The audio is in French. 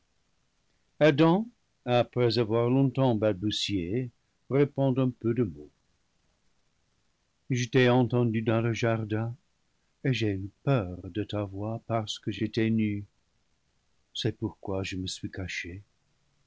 adam après avoir longtemps balbutié répond en peu de mots je t'ai entendu dans le jardin et j'ai eu peur de ta voix parce que j'étais nu c'est pourquoi je me suis caché